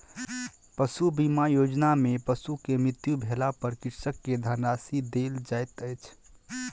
पशु बीमा योजना में पशु के मृत्यु भेला पर कृषक के धनराशि देल जाइत अछि